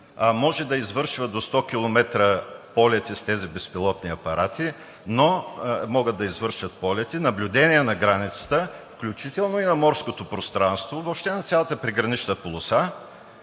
Може да извършва до 100 км полети с тези безпилотни апарати, наблюдение на границата, включително и на морското пространство – въобще на цялата пригранична полоса.